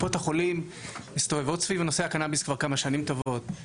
קופות החולים מסתובבות סביב נושא הקנביס כבר כמה שנים טובות.